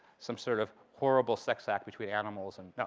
some sort of horrible sex act between animals. and